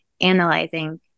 analyzing